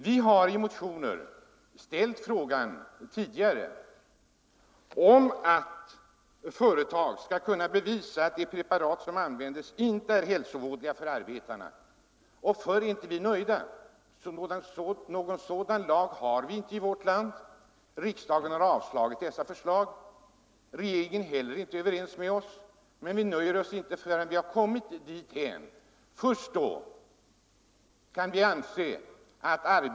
Vi har i motioner föreslagit att företag enligt lag skall kunna bevisa att de preparat som används inte är hälsovådliga för arbetarna. Förr är vi inte nöjda. Någon sådan lag finns emellertid inte i vårt land. Riksdagen har avslagit dessa förslag. Regeringen är heller inte överens med oss, men vi nöjer oss inte förrän vi har kommit dithän att det införts en sådan lag.